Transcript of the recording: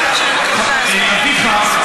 אביך,